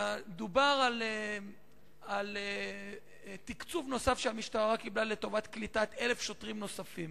דובר על תקציב נוסף שהמשטרה קיבלה לטובת קליטת 1,000 שוטרים נוספים.